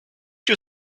you